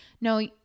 no